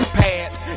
pads